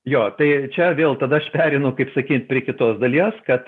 jo tai čia vėl tada aš pereinu kaip sakyt prie kitos dalies kad